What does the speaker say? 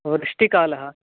ओ वृष्टिकालः